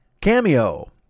Cameo